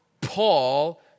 Paul